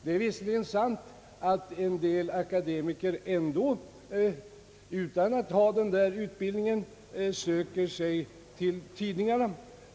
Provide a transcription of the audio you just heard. Det är visserligen sant att en del akademiker utan att ha denna utbildning ändå söker sig till tidningarna.